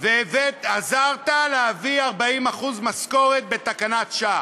ועזרת להביא 40% משכורת בתקנת שעה.